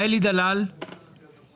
אלי דלל, בבקשה.